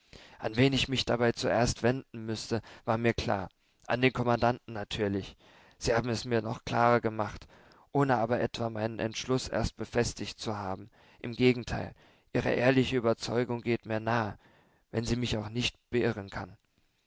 an wen ich mich dabei zuerst wenden müßte war mir klar an den kommandanten natürlich sie haben es mir noch klarer gemacht ohne aber etwa meinen entschluß erst befestigt zu haben im gegenteil ihre ehrliche überzeugung geht mir nahe wenn sie mich auch nicht beirren kann